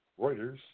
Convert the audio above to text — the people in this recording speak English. Reuters